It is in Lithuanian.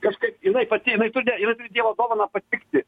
kažkaip jinai pati jinai tu ne jinai turi dievo dovaną patikti